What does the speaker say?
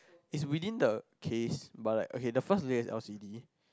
it's within the case but like okay the first layer is L_C_D